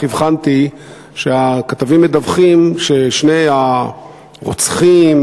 הבחנתי שהכתבים מדווחים ששני הרוצחים,